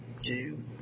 two